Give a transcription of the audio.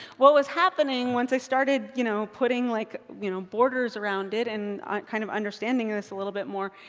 what was happening, once i started you know putting like you know borders around it and kind of understanding this a little bit more,